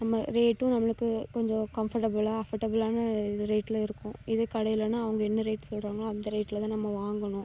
நம்ம ரேட்டும் நம்மளுக்குக் கொஞ்சம் கம்ஃபர்டபுலாக அஃபோர்டபுலான இது ரேட்டில் இருக்கும் இதே கடையிலனால் அவங்க என்ன ரேட் சொல்கிறாங்களோ அந்த ரேட்டில் தான் நம்ம வாங்கணும்